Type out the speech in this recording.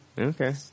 Okay